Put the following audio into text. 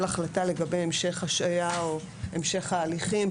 החלטה לגבי המשך ההשעיה או המשך ההליכים,